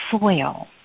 soil